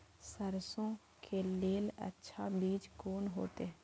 सरसों के लेल अच्छा बीज कोन होते?